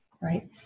right